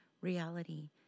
reality